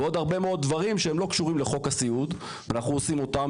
ועוד הרבה מאוד דברים שהם לא קשורים לחוק הסיעוד אנחנו עושים אותם.